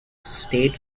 state